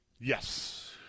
Yes